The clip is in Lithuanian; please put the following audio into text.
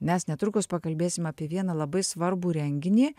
mes netrukus pakalbėsim apie vieną labai svarbų renginį